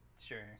sure